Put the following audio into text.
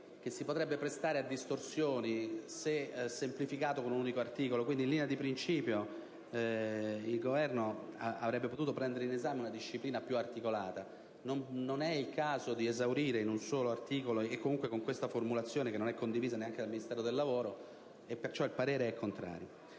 che si potrebbe prestare a distorsioni se semplificato in un unico articolo. In linea di principio il Governo avrebbe potuto prendere in esame una disciplina più articolata. Non è comunque il caso di esaurire in un solo articolo e con questa formulazione, non condivisa nemmeno dal Ministero del lavoro, tale tematica, e pertanto il parere è contrario.